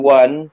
one